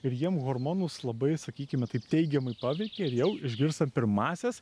ir jiem hormonus labai sakykime taip teigiamai paveikia ir jau išgirstam pirmąsias